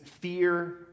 fear